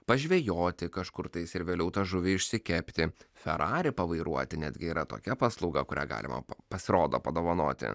pažvejoti kažkurtais ir vėliau tą žuvį išsikepti ferrari pavairuoti netgi yra tokia paslauga kurią galima pasirodo padovanoti